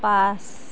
পাঁচ